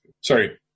Sorry